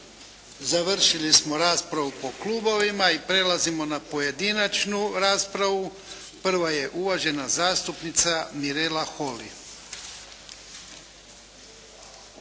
Završili smo raspravu po klubovima. Prelazimo na pojedinačnu raspravu. Prva je uvažena zastupnica Mirela Holy.